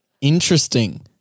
Interesting